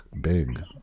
big